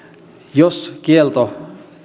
jos kielto